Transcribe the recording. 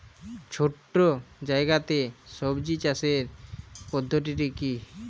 ছোট্ট জায়গাতে সবজি চাষের পদ্ধতিটি কী?